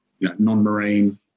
non-marine